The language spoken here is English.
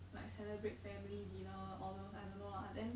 like celebrate family dinner all those I don't know lah then